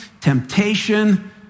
temptation